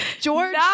George